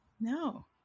No